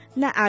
na